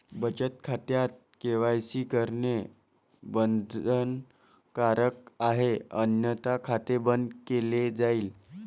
बचत खात्यात के.वाय.सी करणे बंधनकारक आहे अन्यथा खाते बंद केले जाईल